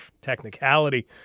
technicality